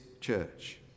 church